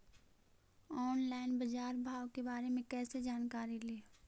Online बाजार भाव के बारे मे कैसे जानकारी ली?